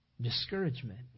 Discouragement